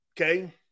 Okay